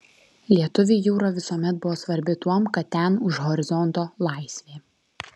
lietuviui jūra visuomet buvo svarbi tuom kad ten už horizonto laisvė